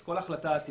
אז כל החלטה עתידית,